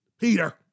Peter